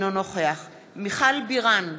אינו נוכח מיכל בירן,